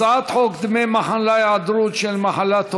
הצעת חוק דמי מחלה (היעדרות בשל מחלת הורה)